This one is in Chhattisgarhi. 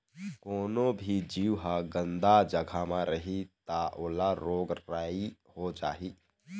कोनो भी जीव ह गंदा जघा म रही त ओला रोग राई हो जाही